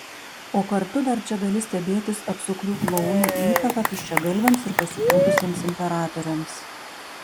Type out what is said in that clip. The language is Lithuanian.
o kartu dar čia gali stebėtis apsukrių klounų įtaka tuščiagalviams ir pasipūtusiems imperatoriams